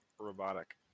Robotic